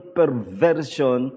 perversion